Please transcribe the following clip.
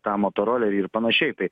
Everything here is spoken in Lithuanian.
tą motorolerį ir panašiai tai